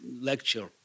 lecture